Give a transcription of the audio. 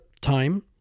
time